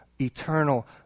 eternal